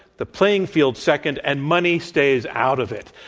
the playing field second, and money stays out of it.